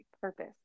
purpose